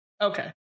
Okay